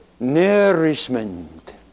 nourishment